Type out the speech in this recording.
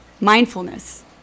mindfulness